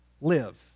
live